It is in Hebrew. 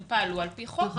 הם פעלו על פי חוק.